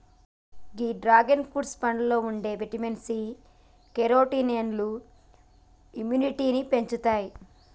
గీ dragon fruit పండులో ఉండే vitamin C, కెరోటినాయిడ్లు ఇమ్యునిటీని పెంచుతాయి